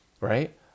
right